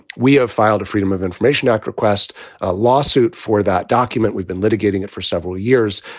we have filed a freedom of information act request a lawsuit for that document. we've been litigating it for several years.